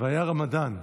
והיה רמדאן.